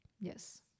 Yes